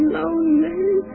lonely